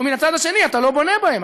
ומן הצד השני אתה לא בונה בהן?